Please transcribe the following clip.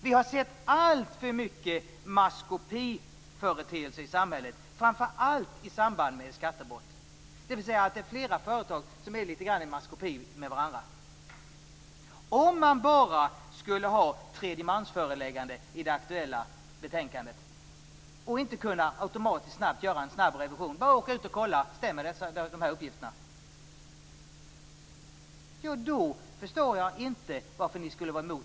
Vi har sett alltför många maskopiföreteelser i samhället, framför allt i samband med skattebrott. Flera företag är lite grann i maskopi med varandra. Jag förstår inte varför ni är emot förslaget om tredjemansföreläggande i det aktuella betänkandet. Man skall kunna göra en snabb revision och åka ut och kolla om uppgifterna stämmer.